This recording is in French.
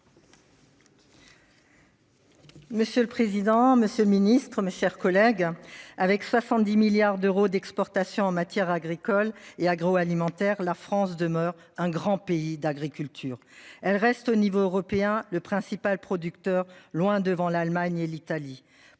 Monsieur le président, Monsieur le Ministre, mes chers collègues. Avec 70 milliards d'euros d'exportations en matière agricole et agroalimentaire. La France demeure un grand pays d'agriculture elle reste au niveau européen, le principal producteur loin devant l'Allemagne et l'Italie.